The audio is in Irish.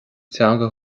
teanga